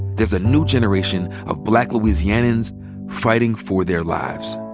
there's a new generation of black louisianans fighting for their lives.